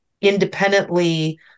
independently